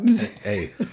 Hey